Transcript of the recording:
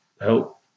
help